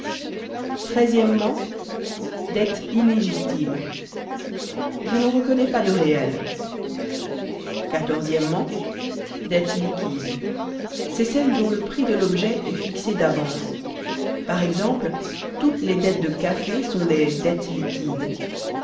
o dette illégitime je n'en reconnais pas de réelle o dette liquide c'est celle dont le prix de l'objet est fixé d'avance par exemple toutes les dettes de café sont des dettes liquides